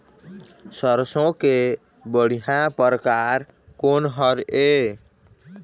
सरसों के बढ़िया परकार कोन हर ये?